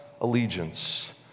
allegiance